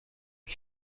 lui